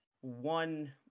one